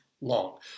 long